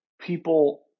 people